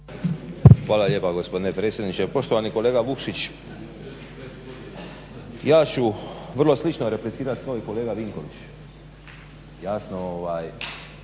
Hvala lijepa gospodine predsjedniče. Poštovani kolega Vukšić ja ću vrlo slično replicirati kao i kolega Vinković, jasno ne